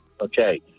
Okay